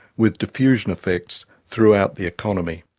with diffusion effects throughout the economy.